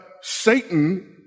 Satan